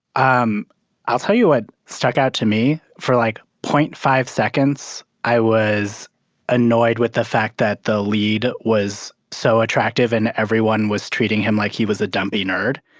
um i'll tell you what stuck out to me. for, like, zero point five seconds, i was annoyed with the fact that the lead was so attractive, and everyone was treating him like he was a dumpy nerd.